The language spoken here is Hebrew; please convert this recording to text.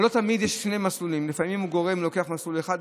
יש שני מסלולים, לפעמים הוא לוקח מסלול אחד.